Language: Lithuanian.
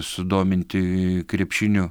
sudominti krepšiniu